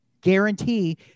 guarantee